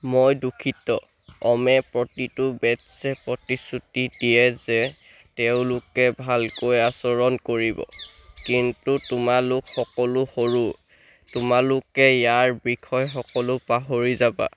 মই দুখিত অমে' প্ৰতিটো বেট্ছে প্ৰতিশ্ৰুতি দিয়ে যে তেওঁলোকে ভালকৈ আচৰণ কৰিব কিন্তু তোমালোক সকলো সৰু তোমালোকে ইয়াৰ বিষয়ে সকলো পাহৰি যাবা